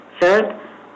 Third